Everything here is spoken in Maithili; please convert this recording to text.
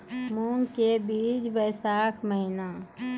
मूंग के बीज बैशाख महीना